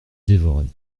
dévorait